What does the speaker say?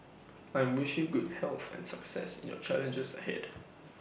I wish you good health and success in your challenges ahead